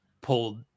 pulled